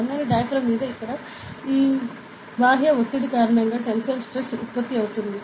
సన్నని డయాఫ్రాగమ్ మీద ఇక్కడ ఈ బాహ్య ఒత్తిడి కారణంగా టెన్సిల్ స్ట్రెస్ ఉత్పత్తి అవుతుంది